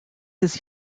his